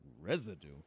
Residue